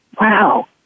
wow